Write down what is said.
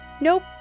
Nope